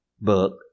book